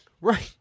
Right